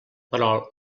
però